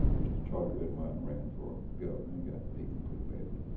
mr. charlie redwine ran for governor. he got beaten pretty badly,